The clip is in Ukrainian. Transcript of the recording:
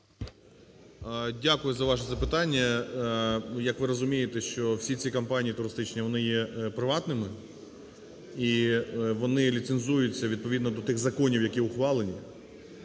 Дякую за ваше запитання. Як ви розумієте, всі ці компанії туристичні, вони є приватними, і вони ліцензуються відповідно до тих законів, які ухвалені.